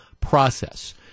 process